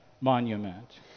monument